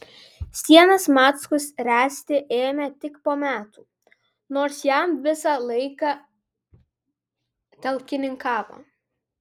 sienas mackus ręsti ėmė tik po metų nors jam visą laiką talkininkavo